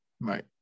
Right